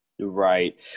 Right